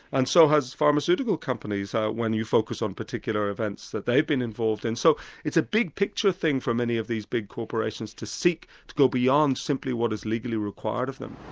and so has pharmaceutical companies when you focus on particular events that they've been involved in. so it's a big picture thing for many of these big corporations to seek, to go beyond simply what is legally required of them.